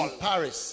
Paris